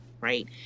Right